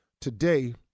Today